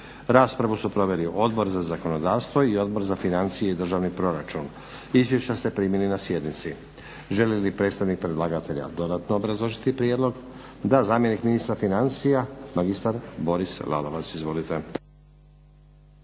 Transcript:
Raspravu su proveli Odbor za zakonodavstvo i Odbor za financije i državni proračun. Izvješća ste primili na sjednici. Želi li predstavnik predlagatelja dodatno obrazložiti prijedlog? Da. Zamjenik ministra financija, magistar Boris Lalovac. Izvolite.